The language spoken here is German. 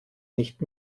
nicht